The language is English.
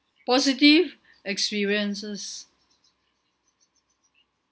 positive experiences